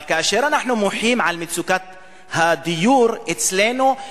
אבל כאשר אנחנו מוחים על מצוקת הדיור אצלנו,